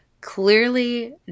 Clearly